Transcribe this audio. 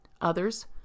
Others